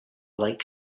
like